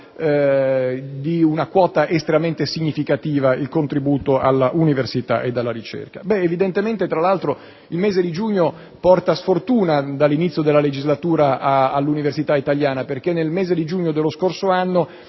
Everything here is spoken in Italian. di una quota estremamente significativa il contributo all'università e alla ricerca. Tra l'altro, il mese di giugno porta evidentemente sfortuna dall'inizio della legislatura all'università italiana, perché nel mese di giugno dello scorso anno